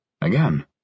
Again